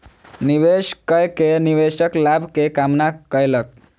निवेश कय के निवेशक लाभ के कामना कयलक